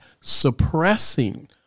suppressing